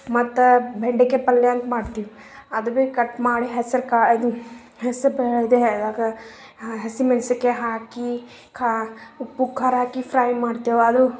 ಮತ್ತು ಬೆಂಡೆಕಾಯಿ ಪಲ್ಯ ಅಂತ ಮಾಡ್ತೀವಿ ಅದು ಭಿ ಕಟ್ ಮಾಡಿ ಹೆಸ್ರುಕಾಳು ಇದು ಹೆಸರುಬೇಳೆದಾಗ ಹಸಿ ಮೆಣ್ಸಿನ ಕಾಯಿ ಹಾಕಿ ಖಾ ಉಪ್ಪು ಖಾರ ಹಾಕಿ ಫ್ರೈ ಮಾಡ್ತೇವೆ ಅದು